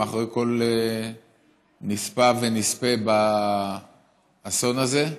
מאחורי כל נספית ונספה באסון הזה,